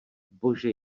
bože